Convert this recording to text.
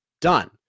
done